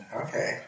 okay